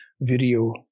video